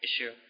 issue